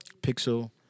pixel